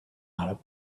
arab